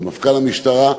למפכ"ל המשטרה.